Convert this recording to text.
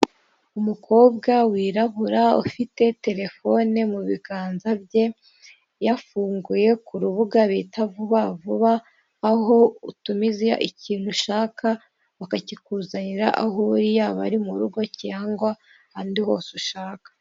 Umukobwa wirabura ufite telefone mu biganza bye, yafunguye ku rubuga bita vuba vuba aho utumiza ikintu ushaka bakakikuzanira, aho uri yaba ari mu rugo cyangwa ahandi hose ushaka.